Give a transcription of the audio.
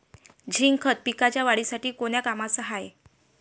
Zinc खत पिकाच्या वाढीसाठी कोन्या कामाचं हाये?